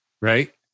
Right